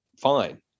fine